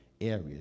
areas